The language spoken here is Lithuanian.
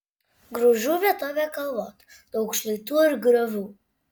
grūžių vietovė kalvota daug šlaitų ir griovių